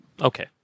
Okay